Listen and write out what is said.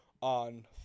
on